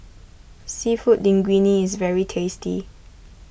Seafood Linguine is very tasty